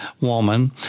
woman